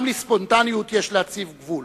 גם לספונטניות יש להציב גבול.